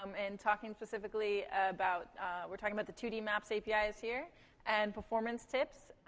um and talking specifically about we're talking about the two d maps apis here and performance tips.